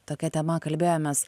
tokia tema kalbėjomės